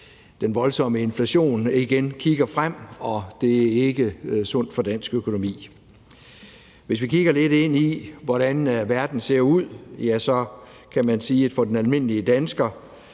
den voldsomme inflation igen kigger frem, og det er ikke sundt for dansk økonomi. Hvis vi kigger lidt ind i, hvordan verden ser ud sammenlignet med for et år siden, kan man sige, at for den almindelige dansker